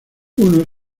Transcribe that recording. uno